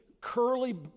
curly